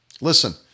Listen